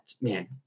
man